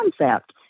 concept